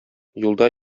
юлда